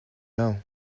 know